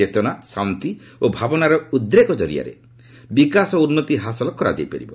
ଚେତନା ଶାନ୍ତି ଓ ଭାବନାର ଉଦ୍ରେକ ଜରିଆରେ ବିକାଶ ଓ ଉନ୍ନତି ହାସଲ କରାଯାଇ ପାରିବ